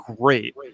great